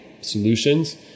solutions